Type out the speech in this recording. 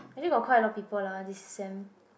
actually got quite a lot people lah this sem